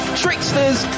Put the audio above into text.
tricksters